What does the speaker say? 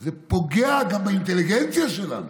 זה פוגע גם באינטליגנציה שלנו.